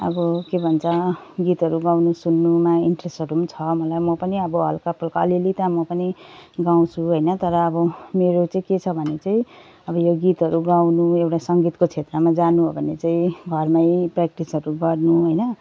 अब के भन्छ गीतहरू गाउनु सुन्नुमा इन्ट्रेस्टहरू छ मलाई म पनि अब हल्का फुल्का अलि अलि त म पनि गाउँछु होइन तर अब मेरो चाहिँ के छ भने चाहिँ अब यो गीतहरू गाउनु एउटा सङ्गीतको क्षेत्रमा जानु हो भने चाहिँ घरमै प्य्राक्टिसहरू गर्नु होइन